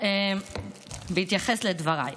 בהתייחס לדבריי,